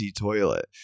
toilet